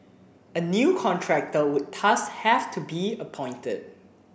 a new contractor would thus have to be appointed